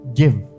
give